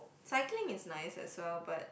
cycling is nice as well but